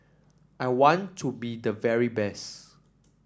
I want to be the very best